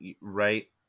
right